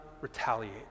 retaliate